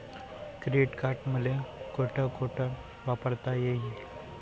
Credit card मले कोठ कोठ वापरता येईन?